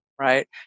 right